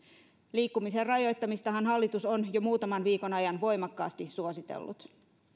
liikkumisen rajoittamistahan hallitus on jo muutaman viikon ajan voimakkaasti suositellut